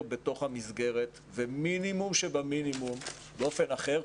בתוך המסגרת ומינימום שבמינימום באופן אחר,